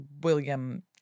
William